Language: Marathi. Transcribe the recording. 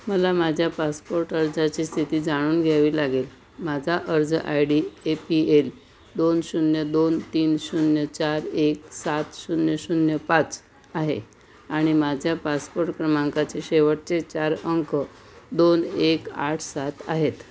मला माझ्या पासपोट अर्जाची स्थिती जाणून घ्यावी लागेल माझा अर्ज I D A P L दोन शून्य दोन तीन शून्य चार एक सात शून्य शून्य पाच आहे आणि माझ्या पासपोट क्रमांकाचे शेवटचे चार अंक दोन एक आठ सात आहेत